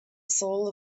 soul